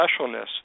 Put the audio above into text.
specialness